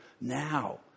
now